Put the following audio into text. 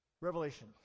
revelation